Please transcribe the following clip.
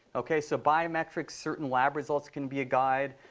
ok, so biometrics certain lab results can be a guide.